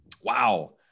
Wow